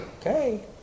Okay